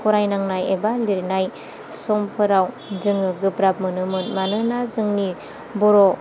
फरायनांनाय एबा लिरनाय समफोराव जोङो गोब्राब मोनोमोन मानोना जोंनि बर'